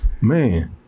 man